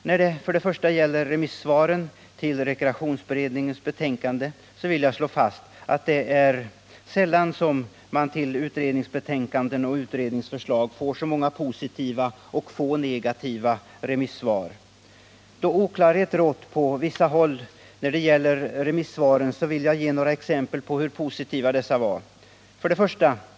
När det till att börja med gäller remissvaren till rekreationsberedningens betänkande vill jag slå fast att man sällan får så många positiva och så få negativa remissvar med anledning av utredningsbetänkanden som i detta fall. Då oklarhet råder på vissa håll beträffande remissvaren vill jag ge några exempel på hur positiva dessa var: 1.